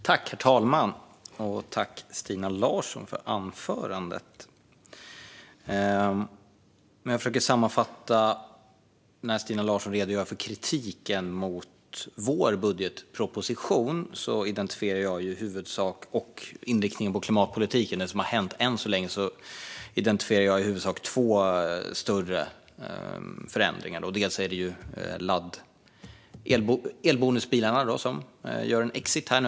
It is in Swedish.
Herr talman! Tack, Stina Larsson, för anförandet! När jag försöker sammanfatta Stina Larssons redogörelse av kritiken mot vår budgetproposition och inriktningen på klimatpolitiken, det som har hänt än så länge, identifierar jag i huvudsak två större förändringar. Den ena är elbonusbilarna, som gör en exit nu.